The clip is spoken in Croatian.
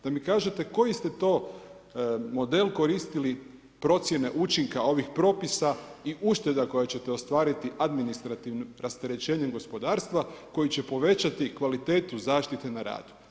Da mi kažete koji ste to model koristili procjene učinka ovih propisa i ušteda koje ćete ostvariti administrativnim rasterećenjem gospodarstva koji će povećati kvalitete zaštite na radu.